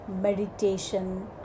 meditation